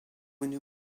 une